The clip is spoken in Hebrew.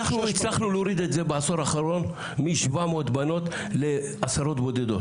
אנחנו הצלחנו להוריד את זה בעשור האחרון מ- 700 בנות לעשרות בודדות.